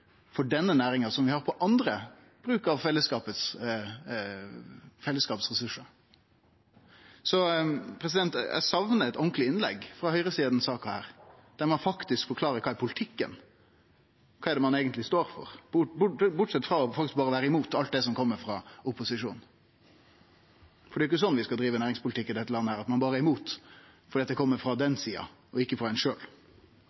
for denne næringa som vi har på annan bruk av ressursane til fellesskapet. Eg saknar eit ordentleg innlegg frå høgresida i denne saka, der ein faktisk forklarer kva politikken er, kva ein eigentleg står for – bortsett frå berre å vere imot alt som kjem frå opposisjonen. Ein skal jo ikkje drive næringspolitikken i dette landet slik at ein berre er imot noko fordi det kjem frå